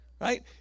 Right